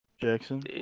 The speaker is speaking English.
Jackson